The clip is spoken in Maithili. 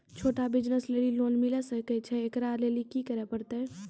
छोटा बिज़नस लेली लोन मिले सकय छै? एकरा लेली की करै परतै